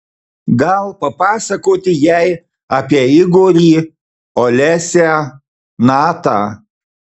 gal papasakoti jai apie igorį olesią natą